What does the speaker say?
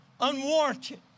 unwarranted